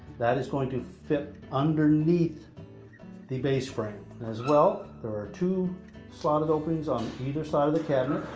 that is going to fit underneath the base frame. as well, there are two slotted openings on either side of the cabinet.